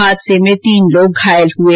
हादसे में तीन लोग घायल हो गए